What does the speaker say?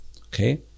Okay